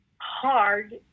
hard